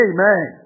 Amen